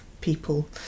people